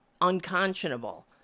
unconscionable